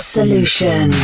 Solution